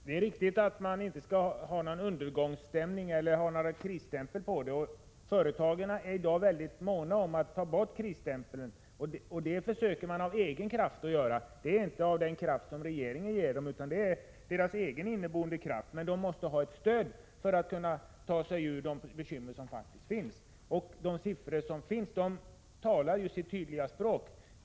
Fru talman! Det är riktigt att det inte skall vara någon undergångsstämning och att man inte skall sätta någon krisstämpel på tekoindustrin. Företagen är i dag väldigt måna om att få bort krisstämpeln. Det försöker man åstadkomma av egen kraft — inte med hjälp av regeringen. Men företagen måste få stöd för att kunna ta sig ur de bekymmer som de faktiskt har. Tillgängliga siffror talar ju sitt tydliga språk.